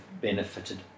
benefited